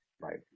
Right